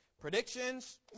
predictions